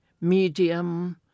medium